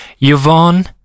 Yvonne